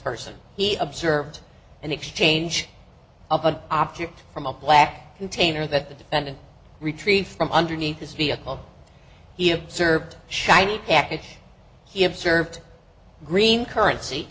person he observed an exchange of an object from a black container that the defendant retreat from underneath his vehicle he observed shiny jacket he observed green currency